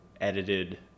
edited